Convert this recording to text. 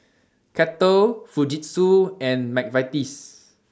Kettle Fujitsu and Mcvitie's